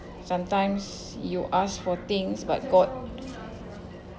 sometimes you asked for things but god